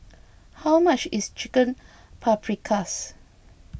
how much is Chicken Paprikas